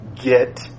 get